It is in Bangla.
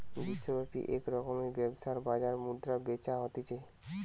বিশ্বব্যাপী এক রকমের ব্যবসার বাজার মুদ্রা বেচা হতিছে